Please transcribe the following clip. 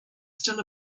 still